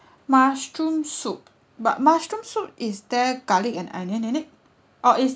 mushroom soup but mushroom soup is there garlic and onion in it or is